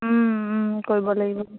কৰিব লাগিব